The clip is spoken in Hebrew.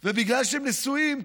ובגלל שהם נשואים,